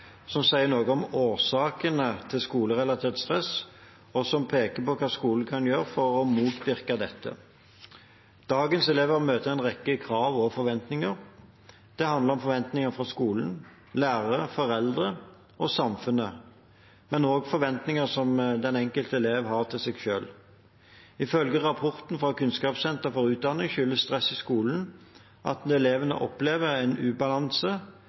som sier noe om årsakene til skolerelatert stress, og som peker på hva skolene kan gjøre for å motvirke dette. Dagens elever møter en rekke krav og forventninger. Det handler om forventninger fra skolen, lærerne, foreldrene og samfunnet, men også om forventninger den enkelte elev har til seg selv. Ifølge rapporten fra Kunnskapssenter for utdanning skyldes stress i skolen at elevene opplever en ubalanse